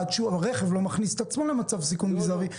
עד שהרכב לא מכניס את עצמו למצב סיכון מזערי,